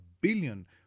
billion